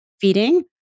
feeding